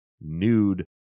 nude